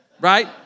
right